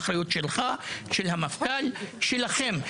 אחריות שלך, של המפכ״ל ושלכם.